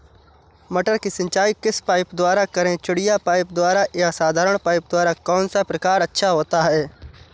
मटर की सिंचाई किस पाइप द्वारा करें चिड़िया पाइप द्वारा या साधारण पाइप द्वारा कौन सा प्रकार अच्छा होता है?